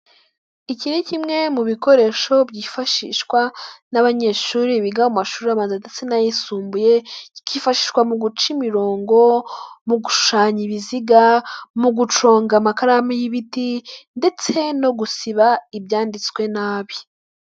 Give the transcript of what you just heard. Iki ni kimwe mu bikoresho byifashishwa n'abanyeshuri biga mu mashuri abanza ndetse n'ayisumbuye, kikifashishwa mu guca imirongo, mu gushushanya ibiziga, mu gucunga amakaramu y'ibiti ndetse no gusiba ibyanditswe nabi.